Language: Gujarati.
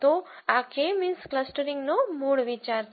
તો આ કે મીન્સ ક્લસ્ટરીંગનો મૂળ વિચાર છે